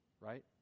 right